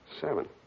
Seven